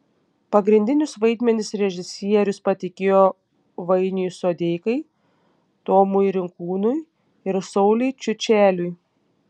pagrindinius vaidmenis režisierius patikėjo vainiui sodeikai tomui rinkūnui ir sauliui čiučeliui